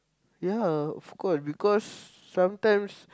ya of course because sometimes